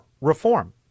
reform